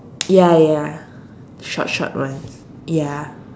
ya ya short short ones ya